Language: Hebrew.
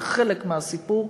זה חלק מהסיפור,